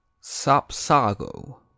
Sapsago